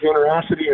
generosity